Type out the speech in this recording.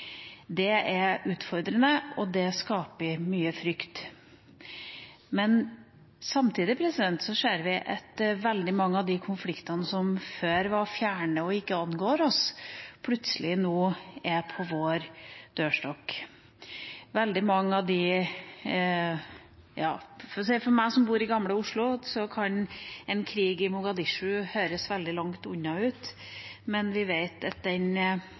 Det er utfordrende, og det skaper mye frykt. Samtidig ser vi at veldig mange av de konfliktene som før var fjerne og ikke angikk oss, plutselig nå er på vår dørstokk. For meg som bor i Gamle Oslo, kan en krig i Mogadishu høres veldig langt unna ut, men vi vet at den